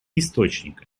источника